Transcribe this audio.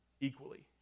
equally